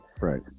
right